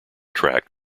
tract